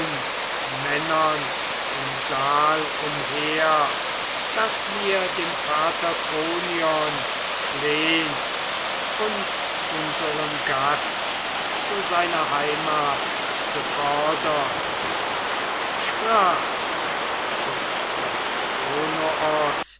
im saal umher daß wir dem vater kronion flehn und unseren gast zu seiner heimat befördern sprach's und